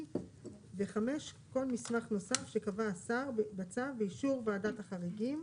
ו-5 כל מסמך נוסף שקבע השר בצו באישור ועדת החריגים.